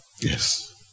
Yes